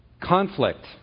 conflict